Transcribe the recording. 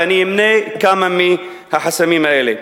ואני אמנה כמה מהחסמים האלה.